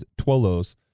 Twolos